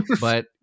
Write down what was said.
but-